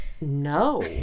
No